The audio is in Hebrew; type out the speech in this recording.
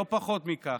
לא פחות מכך,